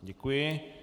Děkuji.